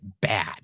bad